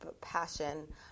passion